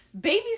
babies